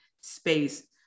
space